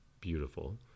Beautiful